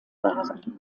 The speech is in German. waren